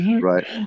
right